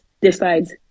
decides